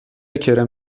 کرم